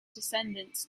descendants